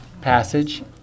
passage